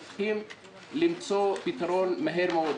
אנחנו צריכים למצוא פתרון מהר מאוד.